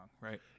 right